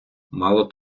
мало